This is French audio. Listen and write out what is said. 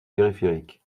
périphériques